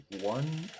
one